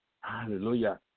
hallelujah